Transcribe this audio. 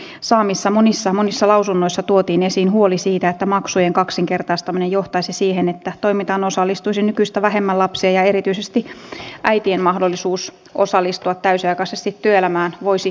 sivistysvaliokunnan saamissa monissa monissa lausunnoissa tuotiin esiin huoli siitä että maksujen kaksinkertaistaminen johtaisi siihen että toimintaan osallistuisi nykyistä vähemmän lapsia ja erityisesti äitien mahdollisuus osallistua täysiaikaisesti työelämään voisi vaikeutua